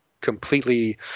completely